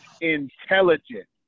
intelligent